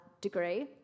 degree